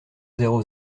zéro